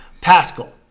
Pascal